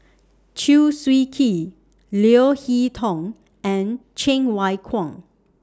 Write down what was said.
Chew Swee Kee Leo Hee Tong and Cheng Wai Keung